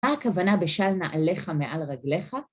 מה הכוונה בשל נעליך מעל רגליך?